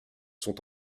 sont